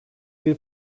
bir